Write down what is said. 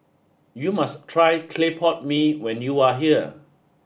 you must try Clay Pot Mee when you are here